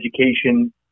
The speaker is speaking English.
education